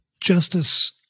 Justice